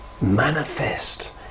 manifest